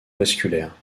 vasculaire